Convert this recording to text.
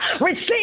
receive